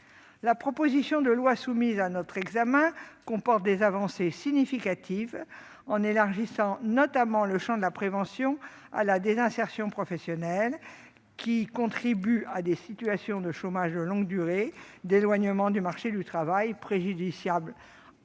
La proposition de loi soumise à notre examen comporte des avancées significatives. Elle élargit notamment le champ de la prévention à la désinsertion professionnelle, qui contribue à des situations de chômage de longue durée et d'éloignement du marché du travail préjudiciables